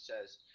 says